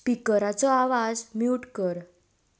स्पिकराचो आवाज म्यूट कर